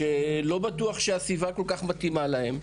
שלא בטוח שהסביבה כל כך מתאימה להם.